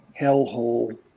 hellhole